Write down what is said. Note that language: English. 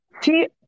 see